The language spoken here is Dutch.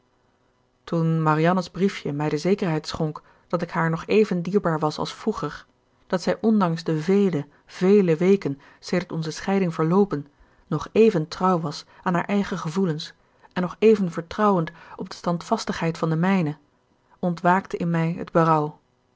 toen marianne's briefje mij de zekerheid schonk dat ik haar nog even dierbaar was als vroeger dat zij ondanks de vele vele weken sedert onze scheiding verloopen nog even trouw was aan haar eigen gevoelens en nog even vertrouwend op de standvastigheid van de mijne ontwaakte in mij het